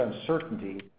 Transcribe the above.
uncertainty